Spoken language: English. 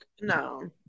No